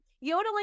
yodeling